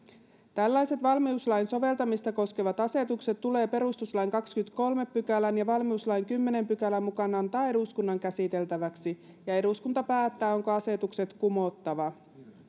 tällaiset valmiuslain soveltamista koskevat asetukset tulee perustuslain kahdennenkymmenennenkolmannen pykälän ja valmiuslain kymmenennen pykälän mukaan antaa eduskunnan käsiteltäväksi ja eduskunta päättää onko asetukset kumottava